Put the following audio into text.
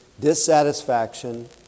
dissatisfaction